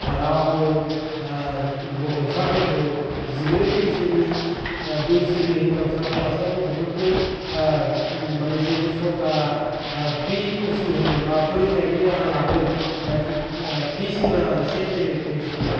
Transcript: रावबो गथ'साफोरखाै जिब्रै बैसोनि बैसोनि हिनजावसा हौवासा गथ'फोरखाै माने जे सरखारा फ्रि कसिं होदों बा फोरोंनायनि राहा लादों पिस होनांआ जासे जरै स्कुल